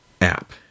app